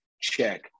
check